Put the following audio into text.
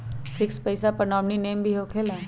Fix पईसा पर nominee name भी होकेला?